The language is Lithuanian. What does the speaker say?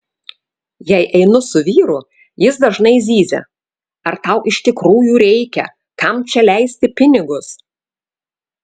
jei einu su vyru jis dažnai zyzia ar tau iš tikrųjų reikia kam čia leisti pinigus